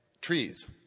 trees